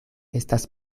estas